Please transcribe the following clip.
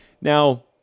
Now